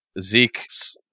zeke's